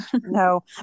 no